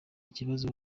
ikibazo